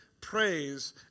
praise